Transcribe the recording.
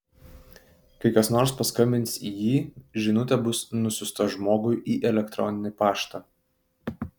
kai kas nors paskambins į jį žinutė bus nusiųsta žmogui į elektroninį paštą